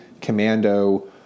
commando